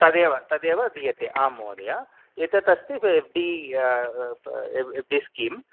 तदेव तदेव दीयते आं महोदय एतत् अस्ति F D F D scheme